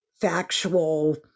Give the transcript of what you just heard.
factual